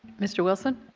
mr. wilson.